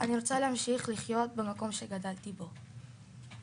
אני רוצה להמשיך לחיות במקום שגדלתי בו.